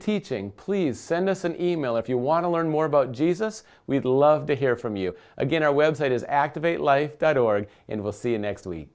teaching please send us an e mail if you want to learn more about jesus we'd love to hear from you again our website is activate that org and we'll see you next week